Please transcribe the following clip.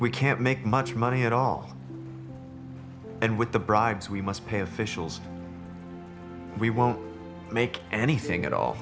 we can't make much money at all and with the bribes we must pay officials we won't make anything a